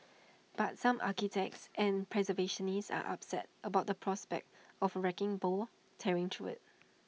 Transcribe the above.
but some architects and preservationists are upset about the prospect of wrecking ball tearing through IT